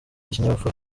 ikinyabupfura